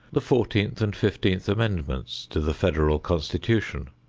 the fourteenth and fifteenth amendments to the federal constitution,